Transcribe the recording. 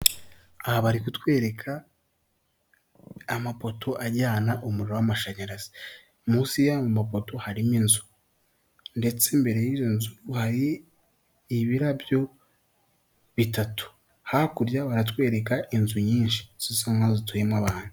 Aha bari kutwereka amapoto ajyana umuriro w'amashanyarazi munsi yayo mapoto harimo inzu ndetse imbere y'inzu hari ibirabyo bitatu hakurya baratwereka inzu nyinshi zisa nk'aho zituyemo abantu.